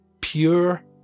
Pure